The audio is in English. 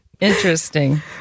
Interesting